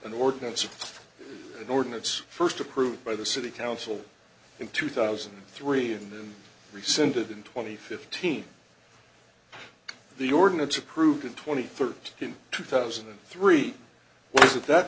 an ordinance or an ordinance first approved by the city council in two thousand and three and then rescinded in twenty fifteen the ordinance approved at twenty thirty in two thousand and three was at that